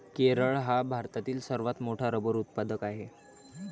केरळ हा भारतातील सर्वात मोठा रबर उत्पादक आहे